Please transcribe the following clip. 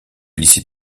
lycée